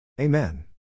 Amen